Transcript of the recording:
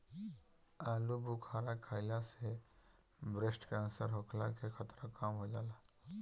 आलूबुखारा खइला से ब्रेस्ट केंसर होखला के खतरा कम हो जाला